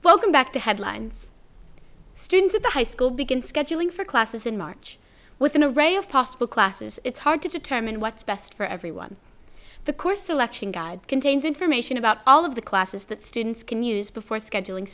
welcome back to headlines students at the high school begin scheduling for classes in march with an a ray of possible classes it's hard to determine what's best for everyone the course selection guide contains information about all of the classes that students can use before scheduling